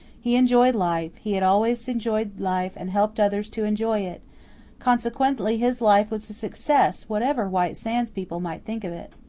he enjoyed life, he had always enjoyed life and helped others to enjoy it consequently his life was a success, whatever white sands people might think of it.